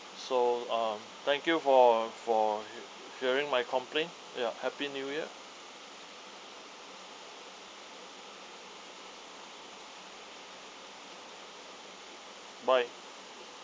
so um thank you for for hearing my complaint ya happy new year bye